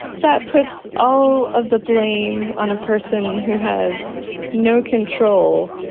that puts all of the blame on a person who has no control.